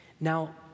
Now